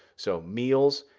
so meals,